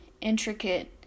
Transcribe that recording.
intricate